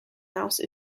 house